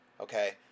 Okay